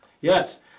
Yes